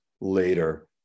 later